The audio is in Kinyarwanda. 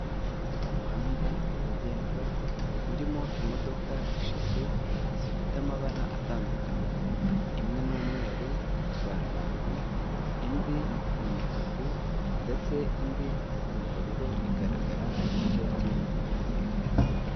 Umuhanda nyabagendwa urimo imodoka eshatu zifite amabara atandukanye imwe n'umweru itwara abantu indi ni umutuku ndetse indi n'ubururu igaragara ku gice cy'inyuma.